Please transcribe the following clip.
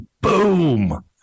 boom